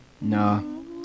No